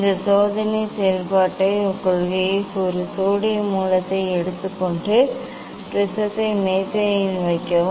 இந்த சோதனையின் செயல்பாட்டுக் கொள்கை ஒரு சோடியம் மூலத்தை எடுத்து ப்ரிஸத்தை மேசையில் வைக்கவும்